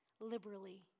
liberally